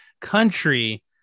country